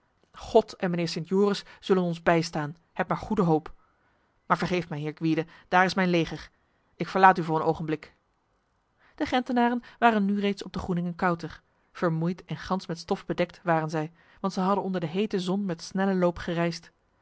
god en mijnheer sint joris zullen ons bijstaan heb maar goede hoop maar vergeef mij heer gwyde daar is mijn leger ik verlaat u voor een ogenblik de gentenaren waren nu reeds op de groeningekouter vermoeid en gans met stof bedekt waren zij want zij hadden onder de hete zon met snelle loop gereisd